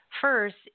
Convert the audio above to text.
first